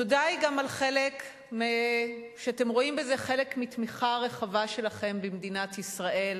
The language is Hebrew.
התודה היא גם על כך שאתם רואים בזה חלק מתמיכה רחבה שלכם במדינת ישראל,